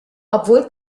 obwohl